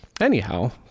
Anyhow